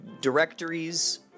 directories